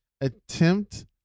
attempt